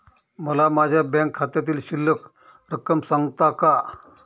मला माझ्या बँक खात्यातील शिल्लक रक्कम सांगता का?